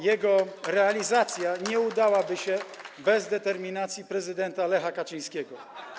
Jego realizacja nie udałaby się bez determinacji prezydenta Lecha Kaczyńskiego.